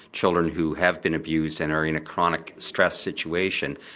children who have been abused and are in a chronic stress situation,